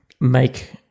make